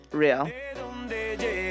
real